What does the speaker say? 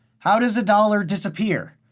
how does a dollar disappear?